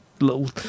little